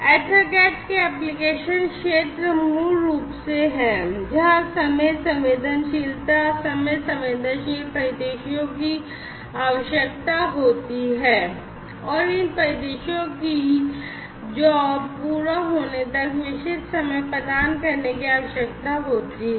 EtherCAT के application क्षेत्र मूल रूप से हैं जहां समय संवेदनशीलता समय संवेदनशील परिदृश्यों की आवश्यकता होती है और इन परिदृश्यों को job पूरा होने तक विशिष्ट समय प्रदान करने की आवश्यकता होती है